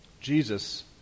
Jesus